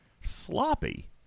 sloppy